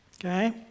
Okay